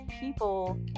people